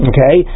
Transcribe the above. Okay